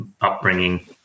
upbringing